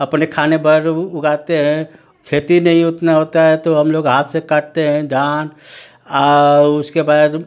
अपने खाने भर उगाते हैं खेती नहीं उतना होता है तो हम लोग हाथ से काटते हैं धान उसके बाद